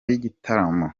y’igitaramo